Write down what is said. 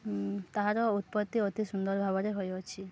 ତାହାର ଉତ୍ପତ୍ତି ଅତି ସୁନ୍ଦର ଭାବରେ ହୋଇଅଛି